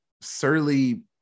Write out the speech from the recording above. surly